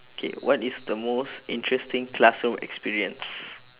okay what is the most interesting classroom experience